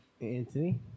Anthony